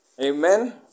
Amen